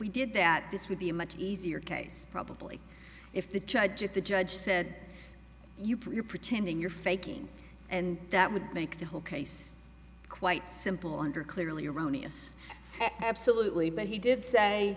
we did that this would be a much easier case probably if the judge if the judge said you pretending you're faking and that would make the whole case quite simple under clearly erroneous absolutely but he did say